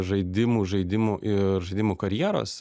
žaidimų žaidimų ir žaidimų karjeros